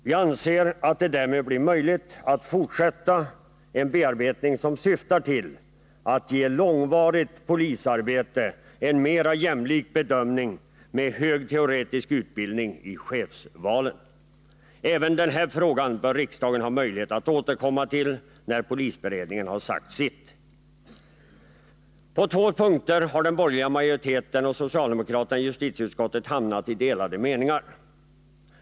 Vi anser att det därmed är möjligt att fortsätta en bearbetning, som syftar till att vid chefsvalen mera jämlikt bedöma långvarigt polisarbete jämfört med hög teoretisk utbildning. Även den här frågan bör riksdagen ha möjlighet att återkomma till när polisberedningen sagt sitt. På två punkter har den borgerliga majoriteten och socialdemokraterna i justitieutskottet delade meningar.